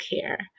care